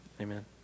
amen